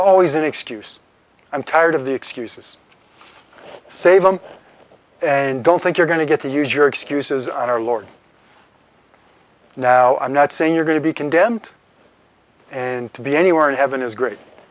always an excuse i'm tired of the excuses save them and don't think you're going to get to use your excuses on our lord now i'm not saying you're going to be condemned and to be anywhere in heaven is great